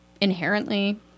inherently